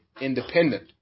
independent